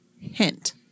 Hint